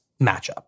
matchup